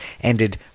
ended